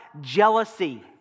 jealousy